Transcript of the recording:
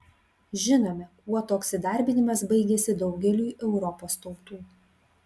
žinome kuo toks įdarbinimas baigėsi daugeliui europos tautų